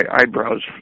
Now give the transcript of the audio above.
eyebrows